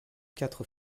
quatre